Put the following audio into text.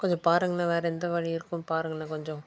கொஞ்சம் பாருங்களேன் வேறு எந்த வழி இருக்கும் பாருங்களேன் கொஞ்சம்